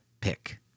pick